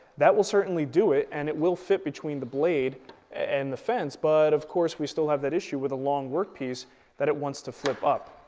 that will certainly do it and it will fit between the blade and the fence, but, of course, we still have that issue with a long work piece that it wants to flip up.